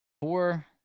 four